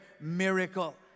miracle